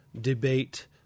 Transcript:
debate